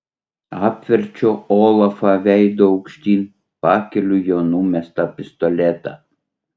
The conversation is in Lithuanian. apverčiu olafą veidu aukštyn pakeliu jo numestą pistoletą